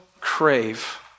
crave